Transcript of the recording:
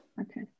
okay